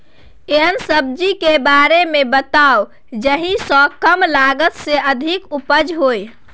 एहन सब्जी के बारे मे बताऊ जाहि सॅ कम लागत मे अधिक उपज होय?